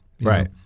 Right